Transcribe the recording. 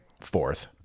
fourth